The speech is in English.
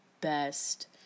best